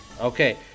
Okay